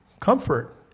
comfort